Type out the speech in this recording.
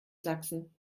sachsen